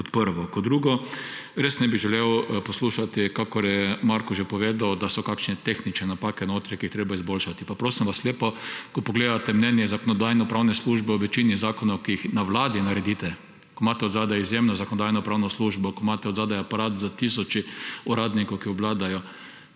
Kot drugo. Res ne bi želel poslušati, kakor je Marko že povedal, da so notri kakšne tehnične napake, ki jih je treba izboljšati. Prosim vas lepo, poglejte mnenja Zakonodajno-pravne službe v večini zakonov, ki jih na Vladi naredite, kjer imate zadaj izjemno zakonodajno-pravno službo, kjer imate zadaj aparat s tisoči uradnikov, ki obvladajo,